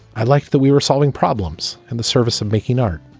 i'd like that we were solving problems in the service of making art,